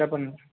చెప్పండి